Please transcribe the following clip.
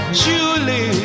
Julie